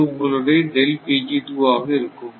இது உங்களுடைய ஆக இருக்கும்